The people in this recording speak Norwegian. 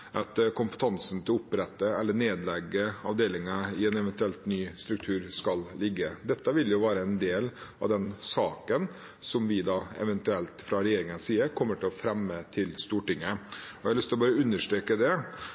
at kompetansen til å opprette eller nedlegge avdelinger i en eventuell ny struktur skal ligge. Dette vil være en del av den saken vi eventuelt fra regjeringens side kommer til å fremme til Stortinget. Jeg har lyst til bare å understreke